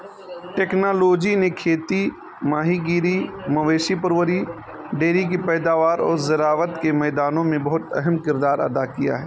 technology نے کھیتی ماہی گیری مویشی پروری ڈیری کی پیداوار اور زراعت کے میدانوں میں بہت اہم کردار ادا کیا ہے